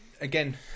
again